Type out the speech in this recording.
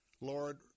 Lord